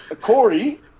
Corey